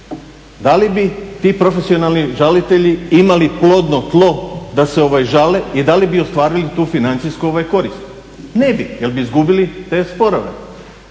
da li bi ti profesionalni žalitelji imali plodno tlo da se žale i da li bi ostvarili tu financijsku korist? Ne bi, jer bi izgubili te sporove.